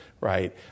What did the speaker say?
right